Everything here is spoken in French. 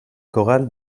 chorale